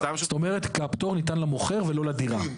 זאת אומרת, כי הפטור ניתן למוכר ולא לדירה.